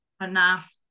enough